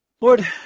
Lord